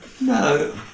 No